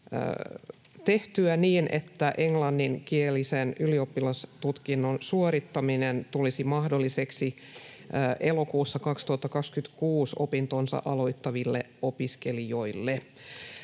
tehtyä niin, että englanninkielisen ylioppilastutkinnon suorittaminen tulisi mahdolliseksi elokuussa 2026 opintonsa aloittaville opiskelijoille.